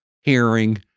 hearing